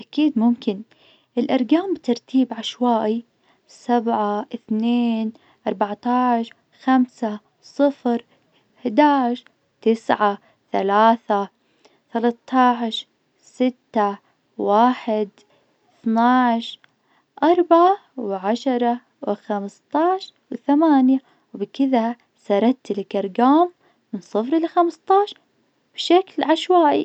أكيد ممكن الأرقام بترتيب عشوائي سبعة، اثنين أربعة عشر، خمسة، صفر، احد عشر، تسعة، ثلاثة، ثلاثة عشر، ستة، واحد، اثنا عشر، أربعة، وعشرة، وخمسة عشر، وثمانية. وبكذا سردت لك أرقام من صفر لخمسة عشر بشكل عشوائي.